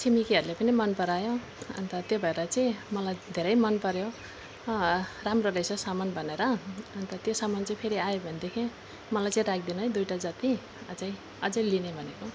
छिमेकीहरूले पनि मन परायो अन्त त्यो भएर चाहिँ मलाई धेरै मन पर्यो हो राम्रो रहेछ सामान भनेर अन्त त्यो समान चाहिँ फेरि आयो भनेदेखि मलाई चाहिँ राखिदिनु है दुइटा जति अझै अझै लिने भनेको